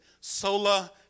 sola